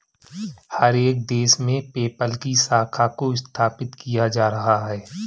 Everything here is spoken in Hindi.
हर एक देश में पेपल की शाखा को स्थापित किया जा रहा है